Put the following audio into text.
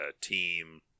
team